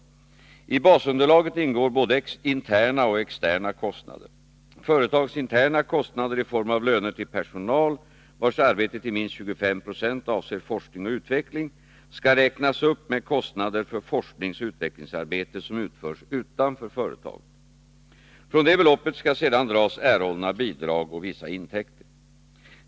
I basunderlaget ingår både interna och externa kostnader. Företagets interna kostnader i form av löner till personal vars arbete till minst 25 90 avser forskning och utveckling skall räknas upp med kostnader för forskningsoch utvecklingsarbete som utförs utanför företaget. Från detta belopp skall sedan dras erhållna bidrag och vissa intäkter.